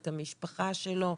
את המשפחה שלו.